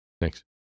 Thanks